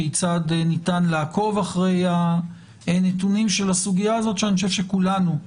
כיצד ניתן לעקוב אחרי הנתונים של הסוגייה הזאת שאני חושב שכולנו,